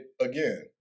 again